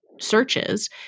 searches